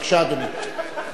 בבקשה, אדוני.